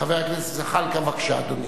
חבר הכנסת זחאלקה, בבקשה, אדוני.